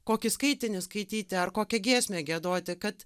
kokį skaitinį skaityti ar kokią giesmę giedoti kad